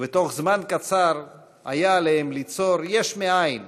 ובתוך זמן קצר היה עליהם ליצור יש מאין